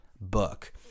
book